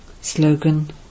Slogan